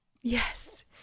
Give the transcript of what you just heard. Yes